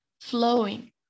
flowing